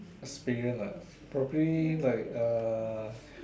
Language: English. experience ah probably like a